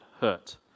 hurt